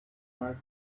marked